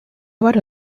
about